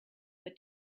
but